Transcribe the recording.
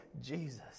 Jesus